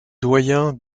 doyen